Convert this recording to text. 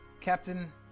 Captain